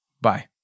Bye